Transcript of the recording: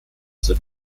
sind